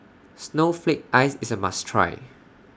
Snowflake Ice IS A must Try